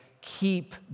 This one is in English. keep